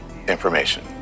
information